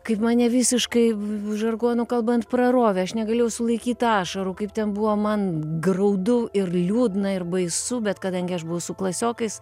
kaip mane visiškai žargonu kalbant prarovė aš negalėjau sulaikyt ašarų kaip ten buvo man graudu ir liūdna ir baisu bet kadangi aš buvau su klasiokais